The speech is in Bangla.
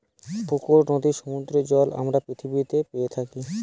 পুকুর, নদীর, সমুদ্রের জল আমরা পৃথিবীতে পেয়ে থাকি